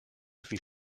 wie